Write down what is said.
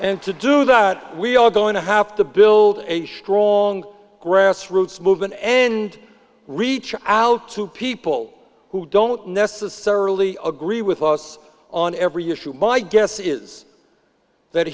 m to do that we are going to have to build a strong grassroots movement an end reach out to people who don't necessarily agree with us on every issue my guess is that